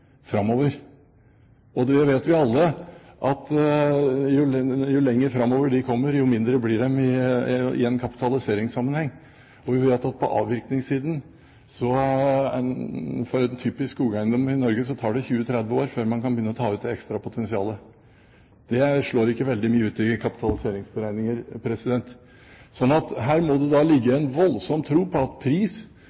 framover. Og vi vet alle at jo lenger framover man kommer, jo mindre blir de i en kapitaliseringssammenheng. Og når det gjelder avvirkningssiden, vet vi at for en typisk skogeiendom i Norge tar det 20–30 år før man kan begynne å ta ut det ekstra potensialet. Det slår ikke veldig mye ut i kapitaliseringsberegninger. Så her må det ligge